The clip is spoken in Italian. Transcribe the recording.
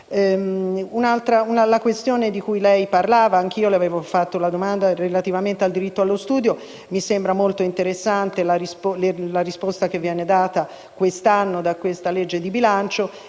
questione di cui parlava, anch'io le avevo posto la domanda relativamente al diritto allo studio e mi sembra molto interessante la risposta che viene data quest'anno da questa legge di bilancio.